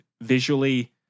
visually